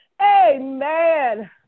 Amen